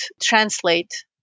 translate